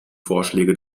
vorschläge